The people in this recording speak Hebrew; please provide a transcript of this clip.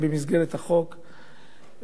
ולהעניש אותם על מה שהם עושים.